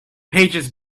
pages